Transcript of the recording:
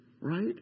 right